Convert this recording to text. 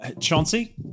Chauncey